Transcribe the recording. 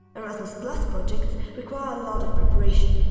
erasmus but projects require a lot of preparation,